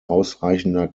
ausreichender